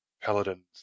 Paladins